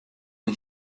man